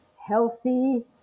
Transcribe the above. healthy